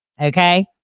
okay